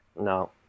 no